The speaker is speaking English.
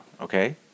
Okay